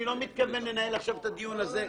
אני לא מתכוון לנהל עכשיו את הדיון הזה.